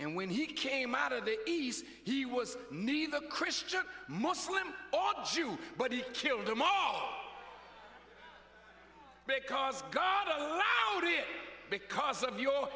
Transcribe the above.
and when he came out of the east he was neither christian muslim or jew but he killed them are because god because of your